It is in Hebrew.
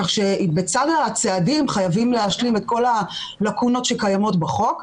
כך שבצד הצעדים חייבים להשלים את כל הלקונות שקיימות בחוק,